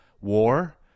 war